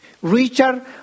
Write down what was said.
Richard